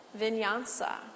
Vinyasa